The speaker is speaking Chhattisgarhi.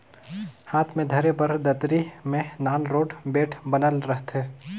हाथ मे धरे बर दतरी मे नान रोट बेठ बनल रहथे